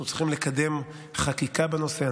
אנחנו צריכים לקדם חקיקה בנושא,